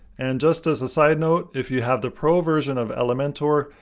and just as a side note, if you have the pro version of elementor,